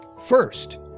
First